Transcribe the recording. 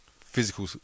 physical